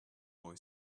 boy